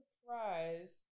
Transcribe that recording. surprise